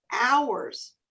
hours